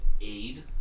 aid